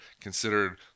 considered